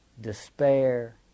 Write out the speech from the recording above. despair